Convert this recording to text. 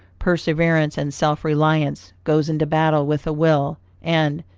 perseverance and self-reliance, goes into battle with a will, and,